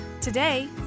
Today